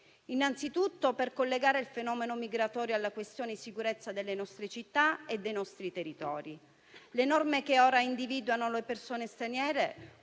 innanzi tutto per collegare il fenomeno migratorio alla questione di sicurezza delle nostre città e dei nostri territori. Le norme che ora individuano le persone straniere